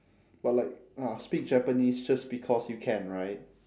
but like ah speak japanese just because you can right